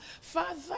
father